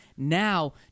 Now